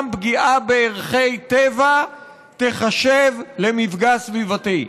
פגיעה בערכי טבע תיחשב למפגע סביבתי.